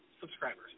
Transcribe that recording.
subscribers